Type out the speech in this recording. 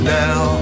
now